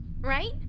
right